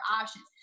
options